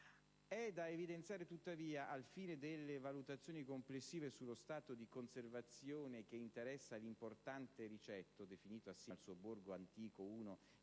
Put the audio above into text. È da evidenziare tuttavia - al fine delle valutazioni complessive sullo stato di conservazione che interessa l'importante ricetto definito, assieme al suo borgo antico,